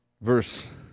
Verse